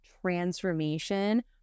transformation